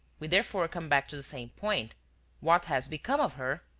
we therefore come back to the same point what has become of her?